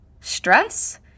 stress